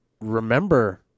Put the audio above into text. remember